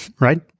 right